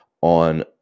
on